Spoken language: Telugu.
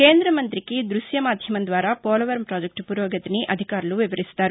కేంద్ర మంతికి దృశ్య మాధ్యమం ద్వారా పోలవరం పాజెక్టు పురోగతిని అధికారులు వివరిస్తారు